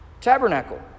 tabernacle